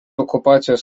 okupacijos